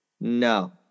No